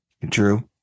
True